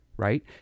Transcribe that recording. right